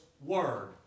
Word